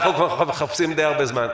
אנחנו כבר מחפשים די הרבה זמן.